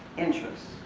interests.